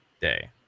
day